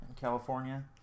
California